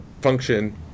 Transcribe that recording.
function